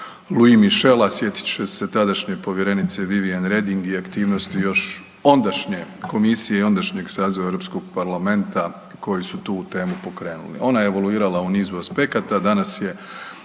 Louis Michela sjetit će se tadašnje povjerenice Vivian Reding i aktivnosti još ondašnje komisije i ondašnjeg saziva Europskog parlamenta koji su tu temu pokrenuli. Ona je evoluirala u niz aspekata, a danas je